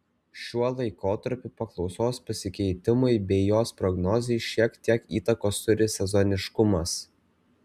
šiuo laikotarpiu paklausos pasikeitimui bei jos prognozei šiek tiek įtakos turi sezoniškumas